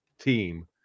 team